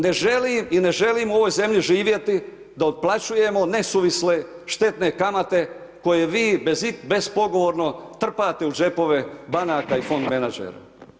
Na želim i ne želim u ovoj zemlji živjeti da otplaćujemo nesuvisle, štetne kamate koje vi bez pogovorno trpate u džepove banaka i fond menadžera.